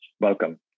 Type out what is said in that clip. welcome